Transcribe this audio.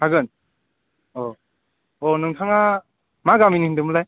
हागोन औ औ नोंथाङा मा गामिनि होनदोंमोनलाय